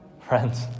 Friends